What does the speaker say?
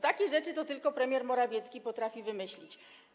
Takie rzeczy tylko premier Morawiecki potrafi wymyślić.